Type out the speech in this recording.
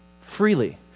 freely